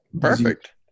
Perfect